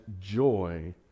joy